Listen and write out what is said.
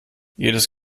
jedes